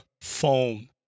phone